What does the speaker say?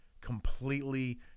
completely